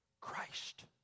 Christ